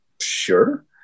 sure